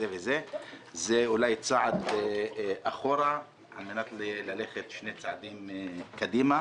זה אולי צעד אחורה על מנת ללכת שני צעדים קדימה,